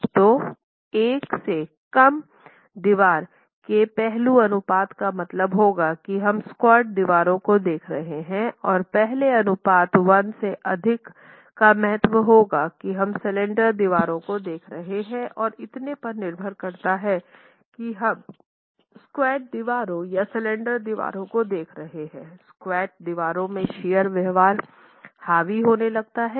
तो एक से कम दीवार के पहलू अनुपात का मतलब होगा कि हम स्क्वाट दीवारों को देख रहे हैं और पहलू अनुपात 1 से अधिक का मतलब होगा कि हम स्लेंडर दीवारों देख रहे हैं और इतने पर निर्भर करता है कि हम स्क्वाट दीवारों या स्लेंडरदीवारों को देख रहे हैं स्क्वाट दीवार में शियर व्यवहार हावी होने लगता है